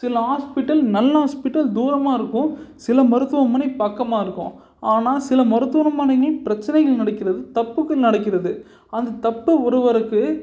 சில ஹாஸ்ப்பிட்டல் நல்ல ஹாஸ்ப்பிட்டல் தூரமாக இருக்கும் சில மருத்துவமனை பக்கமாக இருக்கும் ஆனால் சில மருத்துவமனைகளும் பிரச்சனைகள் நடக்கிறது தப்புக்கள் நடக்கிறது அந்த தப்பை ஒருவருக்கு